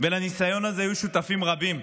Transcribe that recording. ולניסיון הזה היו שותפים רבים: